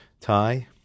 tie